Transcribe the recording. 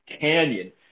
canyon